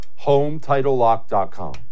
HomeTitleLock.com